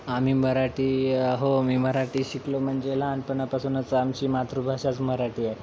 आम्ही मराठी हो मी मराठी शिकलो म्हणजे लहानपणापासूनच आमची मातृभाषाच मराठी आहे